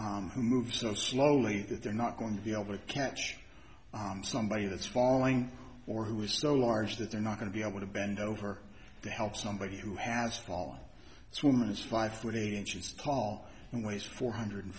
who moves so slowly that they're not going to be able to catch somebody that's falling or who is so large that they're not going to be able to bend over to help somebody who has fallen this woman is five foot eight inches tall and weighs four hundred